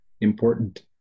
important